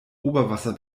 oberwasser